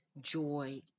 joy